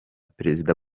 perezida